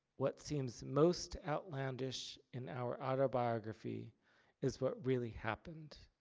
what seems most outlandish in our autobiography is what really happened